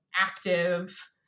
active